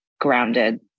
grounded